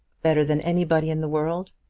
better than anybody in the world?